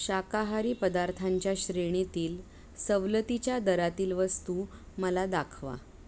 शाकाहारी पदार्थांच्या श्रेणीतील सवलतीच्या दरातील वस्तू मला दाखवा